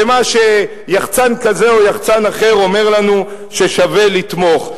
במה שיחצן כזה או יחצן אחר אומר לנו ששווה לתמוך.